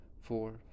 four